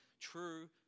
true